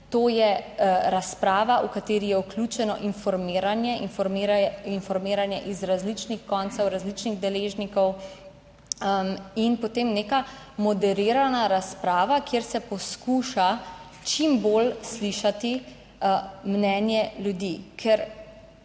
to je razprava, v kateri je vključeno informiranje iz različnih koncev, različnih deležnikov in potem neka moderirana razprava, kjer se poskuša čim bolj slišati mnenje ljudi.